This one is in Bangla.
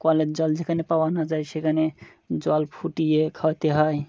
কলের জল যেখানে পাওয়া না যায় সেখানে জল ফুটিয়ে খাওয়াতে হয়